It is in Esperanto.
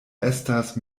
estas